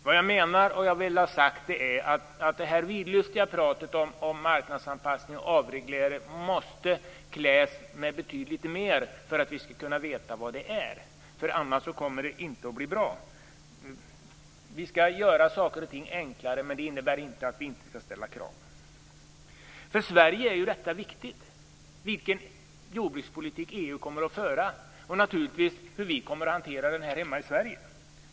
Vad jag menar och vill ha sagt är att det vidlyftiga talet om marknadsanpassning och avreglering måste kläs med betydligt mer för att vi skall kunna veta vad det innebär, för annars kommer det inte att bli bra. Vi skall göra saker och ting enklare, men det innebär inte att vi inte skall ställa krav. För Sverige är det viktigt att veta vilken jordbrukspolitik EU kommer att föra och naturligtvis också hur vi kommer att hantera den här hemma i Sverige.